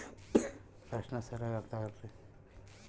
ನಮ್ಮ ಗದ್ದೆಗ ನಾವು ನೆಲ್ಲು ಬೆಳಿತಿವಿ, ಫ್ಲ್ಯಾಯ್ಲ್ ಲಿಂದ ಒಕ್ಕಣೆ ಮಾಡ್ತಿವಿ